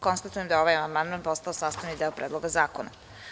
Konstatujem da je ovaj amandman postao sastavni deo Predloga zakona.